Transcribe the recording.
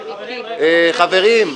--- חברים,